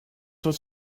was